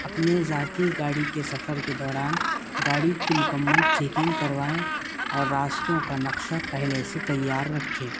اپنے ذاتی گاڑی کے سفر کے دوران گاڑی کی مکمل چیکنگ کروائیں اور راستوں کا نقشہ پہلے سے تیار رکھیں